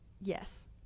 Yes